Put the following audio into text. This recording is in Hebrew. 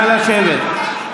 נא לשבת.